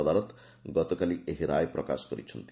ଅଦାଲତ ଗତକାଲି ଏହି ରାୟ ପ୍ରକାଶ କରିଛନ୍ତି